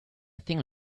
thing